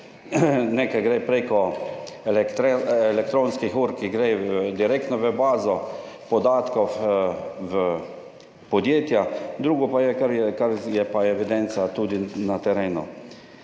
Nekaj gre prek elektronskih ur, ki gredo direktno v bazo podatkov podjetja, drugo pa je pa evidenca tudi na terenu.